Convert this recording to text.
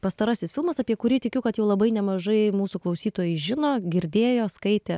pastarasis filmas apie kurį tikiu kad jau labai nemažai mūsų klausytojai žino girdėjo skaitė